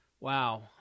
Wow